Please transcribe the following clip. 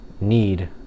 need